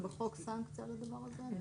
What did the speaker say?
יש בחוק סנקציה על הדבר הזה?